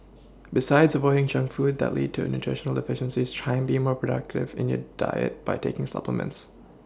besides avoiding junk food that lead to in the nutritional deficiencies trying be more proactive in your diet by taking supplements